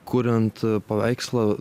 kuriant paveikslą